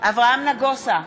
אברהם נגוסה,